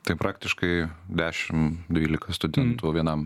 tai praktiškai dešim dvylika studentų vienam